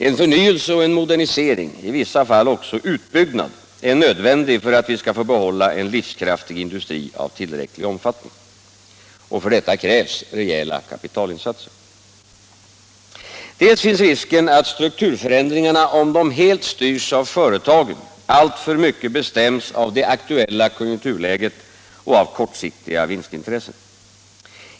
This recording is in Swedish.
En förnyelse och en modernisering, i vissa fall också utbyggnad, är nödvändig för att vi skall få behålla en livskraftig industri av tillräcklig omfattning. Och för detta krävs rejäla kapitalinsatser. För det andra finns risken att strukturförändringarna, om de helt styrs av företagen, alltför mycket bestäms av det aktuella konjunkturläget och av kortsiktiga vinstintressen.